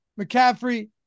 McCaffrey